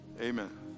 Amen